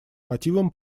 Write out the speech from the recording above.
мотивам